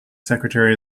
secretary